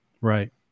Right